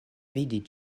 vidi